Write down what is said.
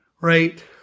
right